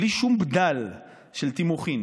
בלי שום בדל של תימוכין,